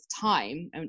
time